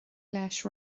leis